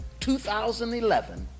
2011